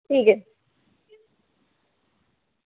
ठीक ऐ